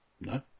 No